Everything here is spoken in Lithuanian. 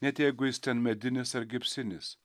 net jeigu jis ten medinis ar gipsinis